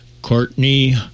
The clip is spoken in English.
Courtney